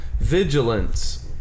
vigilance